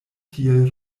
tiel